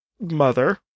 mother